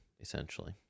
essentially